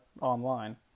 online